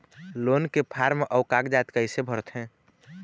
Loan के form अऊ कागजात कइसे भरथें?